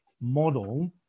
model